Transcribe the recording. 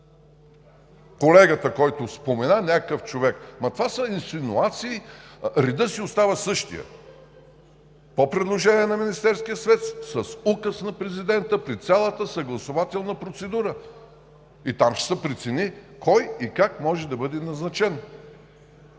колегата, който спомена някакъв човек – това са инсинуации, редът си остава същият – по предложение на Министерския съвет, с указ на Президента, при цялата съгласувателна процедура, и там ще се прецени кой и как може да бъде назначен.